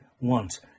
want